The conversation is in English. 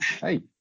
hey